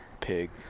Pig